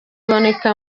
iboneka